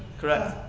Correct